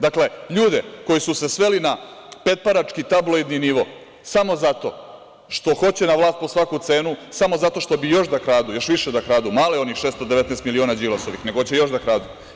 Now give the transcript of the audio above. Dakle, ljude koji su se sveli na petparački tabloidni nivo, samo zato što hoće na vlast po svaku cenu, samo zato što bi još da kradu, još više da kradu, malo je onih 619 miliona Đilasovih, nego hoće još da kradu.